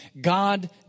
God